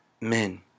Men